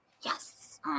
Yes